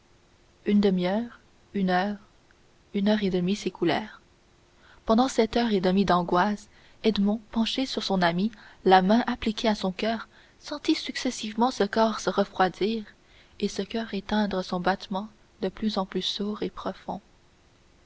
une demi-heure une heure une heure et demie s'écoulèrent pendant cette heure et demie d'angoisse edmond penché sur son ami la main appliquée à son coeur sentit successivement ce corps se refroidir et ce coeur éteindre son battement de plus en plus sourd et profond